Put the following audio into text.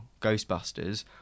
Ghostbusters